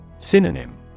Synonym